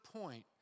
point